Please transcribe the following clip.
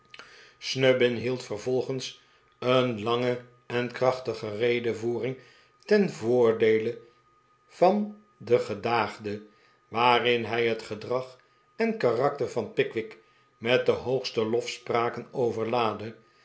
snubbin hield vervolgens een lange en krachtige redevoering ten voordeele van den gedaagde waarin hij het gedrag en karakter van pickwick met de hoogste lofspraken overlaadde